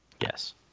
Yes